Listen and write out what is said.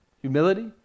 humility